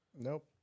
Nope